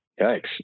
Yikes